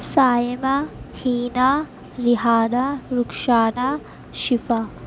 Saima Hina Rehana Rukhsana Shifa